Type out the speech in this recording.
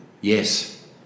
yes